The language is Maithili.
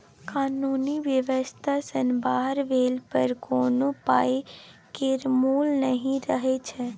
कानुनी बेबस्था सँ बाहर भेला पर कोनो पाइ केर मोल नहि रहय छै